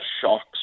shocks